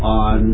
on